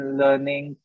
learning